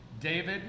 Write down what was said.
David